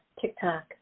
TikTok